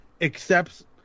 accepts